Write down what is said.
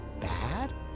bad